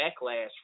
backlash